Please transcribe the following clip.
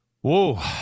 Whoa